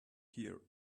here